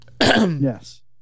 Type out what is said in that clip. Yes